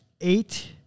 eight